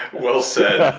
well said.